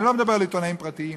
אני לא מדבר על עיתונאים פרטיים